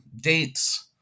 dates